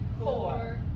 four